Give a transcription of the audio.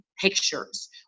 pictures